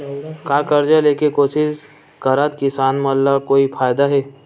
का कर्जा ले के कोशिश करात किसान मन ला कोई फायदा हे?